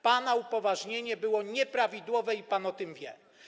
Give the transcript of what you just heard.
Pana upoważnienie było nieprawidłowe i pan o tym wie.